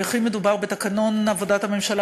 ומדובר בתקנון עבודת הממשלה,